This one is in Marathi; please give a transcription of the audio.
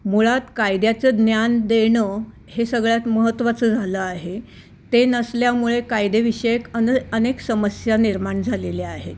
मुळात कायद्याचं ज्ञान देणं हे सगळ्यात महत्त्वाचं झालं आहे ते नसल्यामुळे कायदेविषयक अने अनेक समस्या निर्माण झालेले आहेत